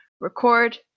record